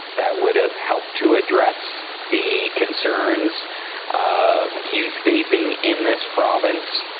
that would have helped to address the concerns of youth vaping in this province.